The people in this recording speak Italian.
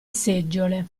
seggiole